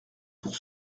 pour